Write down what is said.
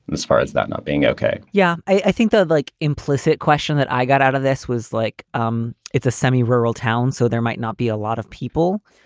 as far as not being okay yeah. i think that like implicit question that i got out of this was like um it's a semi-rural town. so there might not be a lot of people.